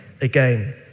again